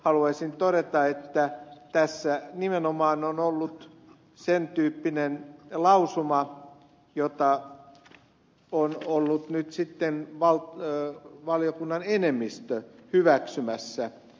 haluaisin todeta että tässä nimenomaan on ollut sen tyyppinen lausuma jota on ollut valiokunnan enemmistö hyväksymässä